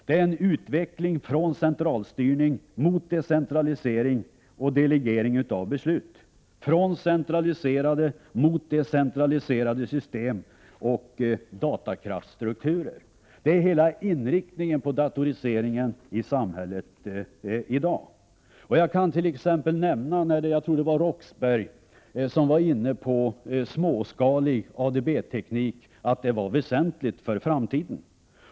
Det pågår en utveckling från-centralstyrning mot decentralisering och delegering av beslut och från centraliserade system mot decentraliserade system och datakraftsstrukturer. Det är hela inriktningen på datoriseringen av samhället i dag. Jag tror att det var Claes Roxbergh som nämnde att småskalig ADB-teknik var väsentlig för framtiden.